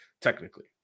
technically